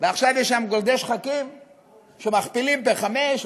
ועכשיו יש שם גורדי שחקים שמכפילים בחמישה,